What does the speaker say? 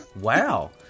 wow